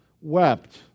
wept